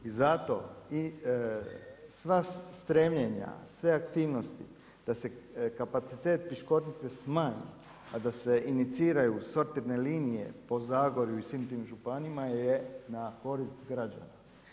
I zato sva stremljenja sve aktivnosti, da se kapacitet Piškornice smanji, a da se iniciraju sortirne linije po Zagorju i svim tim županijama je na korist građana.